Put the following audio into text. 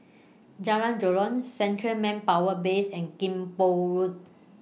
Jalan Joran Central Manpower Base and Kim Pong Road